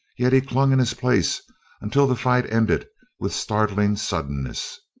yet he clung in his place until the fight ended with startling suddenness.